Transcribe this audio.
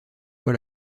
fois